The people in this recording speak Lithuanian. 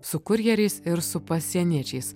su kurjeriais ir su pasieniečiais